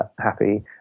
happy